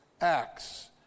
acts